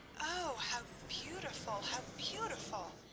oh, how beautiful! how beautiful!